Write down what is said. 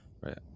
right